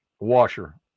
washer